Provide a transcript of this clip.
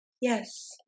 Yes